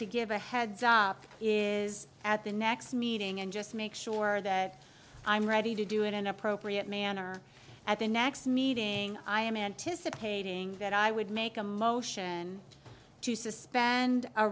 to give a heads up is at the next meeting and just make sure that i'm ready to do in an appropriate manner at the next meeting i am anticipating that i would make a motion to suspend a